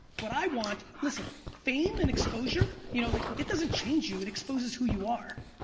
what i want, listen, fame and exposure, you know like it doesn't change you, it exposes who you are.